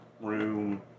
room